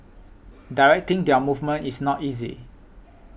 directing their movement is not easy